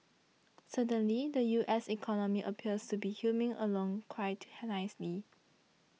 certainly the U S economy appears to be humming along quite her nicely